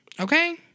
Okay